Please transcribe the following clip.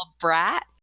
brat